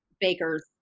Baker's